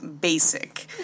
basic